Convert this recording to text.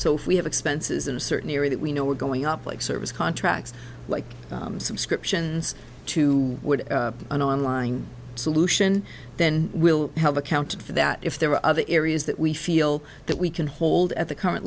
so if we have expenses in a certain area that we know we're going up like service contracts like subscriptions to would an online solution then we'll have accounted for that if there are other areas that we feel that we can hold at the current